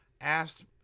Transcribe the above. asked